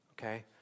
Okay